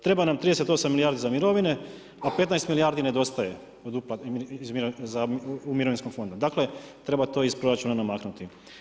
Treba nam 38 milijardi za mirovine, a 15 milijardi nedostaje u mirovinskom fondu, dakle treba to iz proračuna namaknuti.